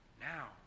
now